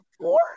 four